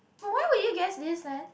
but why will you guess this then